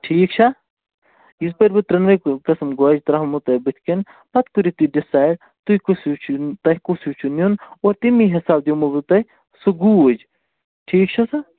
ٹھیٖک چھا یِتھ پٲٹھۍ بہٕ ترٛٮ۪نوَے قٕسٕم گوجہِ ترٛاومو تۄہہِ بٔتھِ کَنۍ پتہٕ کٔرِو تُہۍ ڈِسایِڈ تُہۍ کُس ہیوٗ چھُ تۄہہِ کُس ہیوٗ چھُو نیُن اور تَمی حِساب دِمو بہٕ تۄہہِ سُہ گوٗج ٹھیٖک چھےٚ سا